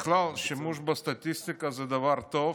בכלל, שימוש בסטטיסטיקה זה דבר טוב,